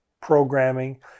programming